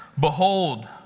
Behold